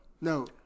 No